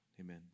Amen